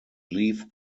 leaf